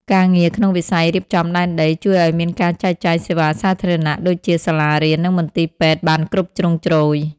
ការងារក្នុងវិស័យរៀបចំដែនដី ជួយឱ្យមានការចែកចាយសេវាសាធារណៈដូចជា សាលារៀន និងមន្ទីរពេទ្យបានគ្រប់ជ្រុងជ្រោយ។